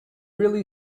really